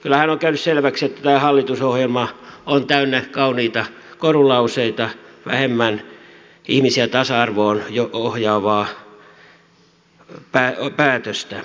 kyllähän on käynyt selväksi että tämä hallitusohjelma on täynnä kauniita korulauseita vähemmän ihmisiä tasa arvoon ohjaavia päätöksiä